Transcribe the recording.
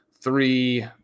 three